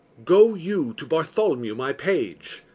go you to barthol'mew my page,